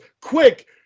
Quick